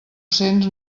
cents